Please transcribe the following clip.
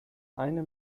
eine